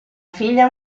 figlia